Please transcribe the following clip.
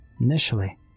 Initially